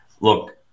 Look